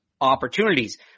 opportunities